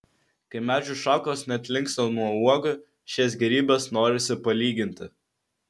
kai medžių šakos net linksta nuo uogų šias gėrybes norisi palyginti